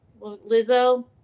Lizzo